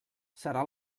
serà